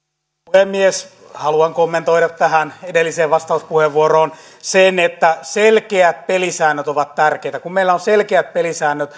puhemies haluan kommentoida tähän edelliseen vastauspuheenvuoroon että selkeät pelisäännöt ovat tärkeitä kun meillä on selkeät pelisäännöt